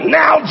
now